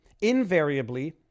invariably